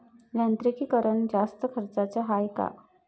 यांत्रिकीकरण जास्त खर्चाचं हाये का?